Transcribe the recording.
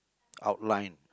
outline